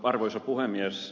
arvoisa puhemies